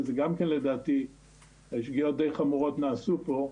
שזה גם כן לדעתי שגיאות די חמורות נעשו פה.